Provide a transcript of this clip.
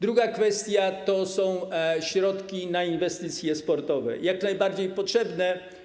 Druga kwestia, to są środki na inwestycje sportowe, jak najbardziej potrzebne.